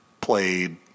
played